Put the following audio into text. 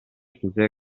chiese